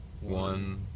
one